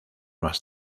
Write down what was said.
más